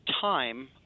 time